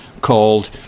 called